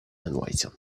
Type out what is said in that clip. inviting